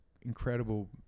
incredible